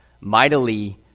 mightily